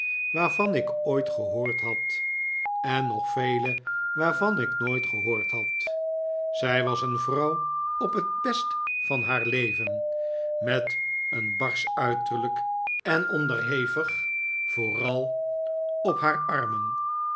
waarvan ik ooit gehoord had en nog vele waarvan ik nooit gehoord had zij was een vrouw op het best van haar levenj met een barsch uiterlijk en onderhevig vooral op haar